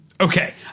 Okay